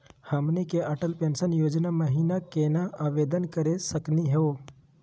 हमनी के अटल पेंसन योजना महिना केना आवेदन करे सकनी हो?